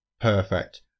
perfect